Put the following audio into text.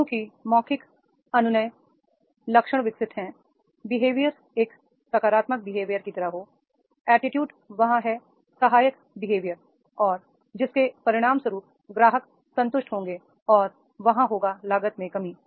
क्योंकि मौखिक अनुनय लक्षण विकसित है बिहेवियर एक सकारात्मक बिहेवियर की तरह हो एटीट्यूड वहां है सहायक बिहेवियर और जिसके परिणामस्वरूप ग्राहक संतुष्ट होंगे और वहां होगा लागत में कमी